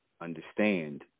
understand